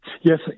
Yes